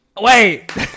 wait